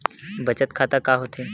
बचत खाता का होथे?